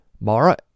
Mara